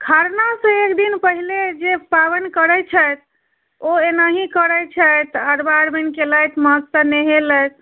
खरनासँ एक दिन पहिले जे पाबनि करैत छथि ओ एनाही करैत छथि अरबा अरबाइन केलथि माँथसँ नहेलथि